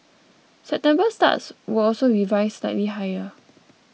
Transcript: September starts were also revised slightly higher